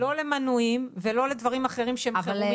שלא למנויים ולא לדברים אחרים שהם קיימים